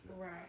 Right